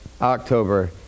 October